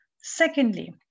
Secondly